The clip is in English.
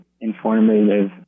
informative